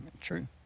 True